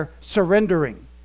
surrendering